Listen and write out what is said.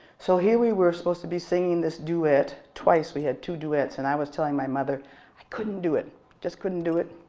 so here we were supposed to be singing this duet, twice. we had two duets and i was telling my mother i couldn't do it. i just couldn't do it.